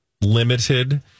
limited